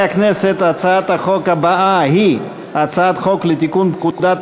הצעת החוק אושרה בקריאה